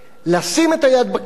לשים את היד בכיס